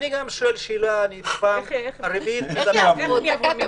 אני גם שואל ------ איך יעבור?